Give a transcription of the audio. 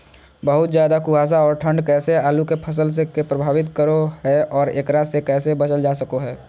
बहुत ज्यादा कुहासा और ठंड कैसे आलु के फसल के प्रभावित करो है और एकरा से कैसे बचल जा सको है?